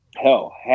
Hell